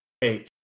hey